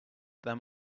there